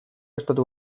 estatu